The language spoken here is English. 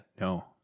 No